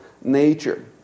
nature